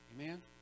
Amen